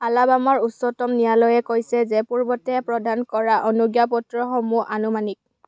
আলাবামাৰ উচ্চতম ন্যায়ালয়ে কৈছে যে পূৰ্বতে প্ৰদান কৰা অনুজ্ঞাপত্ৰসমূহ আনুমানিক